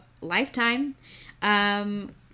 Lifetime